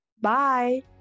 Bye